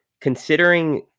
considering